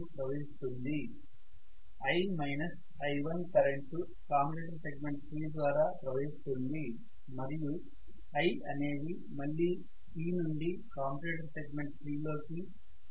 I i1 current commutator segment 3 ద్వారా ప్రవహిస్తుంది మరియు I అనేది మళ్ళీ C నుండి కామ్యుటేటర్ సెగ్మెంట్ 3 లోకి తిరిగి బ్రష్ లోకి ప్రవహిస్తుంది